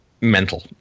mental